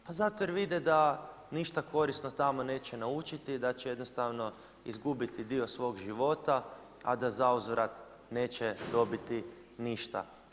Pa zato jer vide da ništa korisno neće tamo naučiti i da će jednostavno izgubiti dio svog života a da zauzvrat neće dobiti ništa.